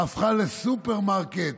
הפכה לסופרמרקט